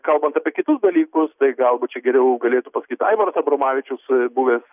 kalbant apie kitus dalykus tai galbūt čia geriau galėtų pasakyt aivaras abromavičius buvęs